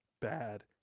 bad